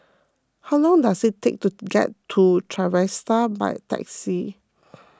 how long does it take to get to Trevista by taxi